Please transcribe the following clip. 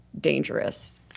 dangerous